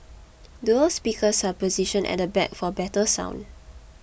dual speakers are positioned at the back for better sound